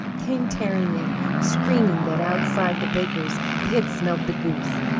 came tearing in, screaming that outside the baker's they had smelt the goose,